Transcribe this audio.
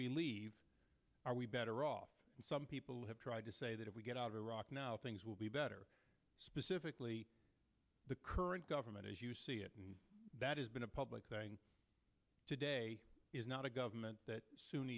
we leave are we better off and some people have tried to say that if we get out of iraq now things will be better specifically the current government as you see it and that has been a public thing today is not a government that s